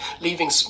leaving